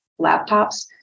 laptops